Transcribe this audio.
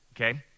Okay